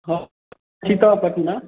हँ छी तऽ पटना